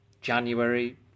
January